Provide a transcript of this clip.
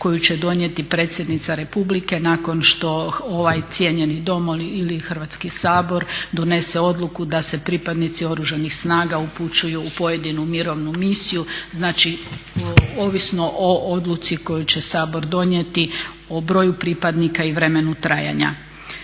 koju će donijeti predsjednica Republike nakon što ovaj cijenjeni Dom ili Hrvatski sabor donese odluku da se pripadnici Oružanih snaga upućuju u pojedinu mirovnu misiju znači ovisno o odluci koju će Sabor donijeti, o broju pripadnika i vremenu trajanja.